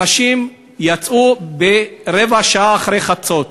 אנשים יצאו רבע שעה אחרי חצות,